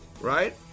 right